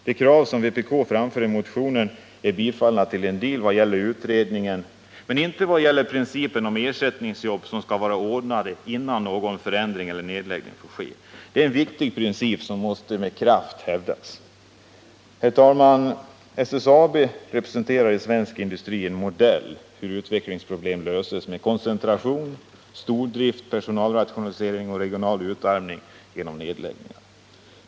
De krav som vpk framför i motionen är tillstyrkta vad gäller utredningen men inte vad gäller principen att ersättningsjobb skall vara ordnade innan någon förändring eller nedläggning får ske. Det är en viktig princip som måste med kraft hävdas. Herr talman! SSAB representerar i svensk industri en modell för hur utvecklingsproblem löses med koncentration, stordrift, personalrationalisering och regional utarmning på grund av nedläggningar.